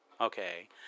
Okay